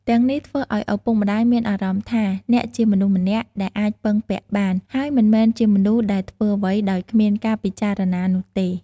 ទាំងនេះធ្វើឲ្យឪពុកម្ដាយមានអារម្មណ៍ថាអ្នកជាមនុស្សម្នាក់ដែលអាចពឹងពាក់បាន ហើយមិនមែនជាមនុស្សដែលធ្វើអ្វីដោយគ្មានការពិចារណានោះទេ។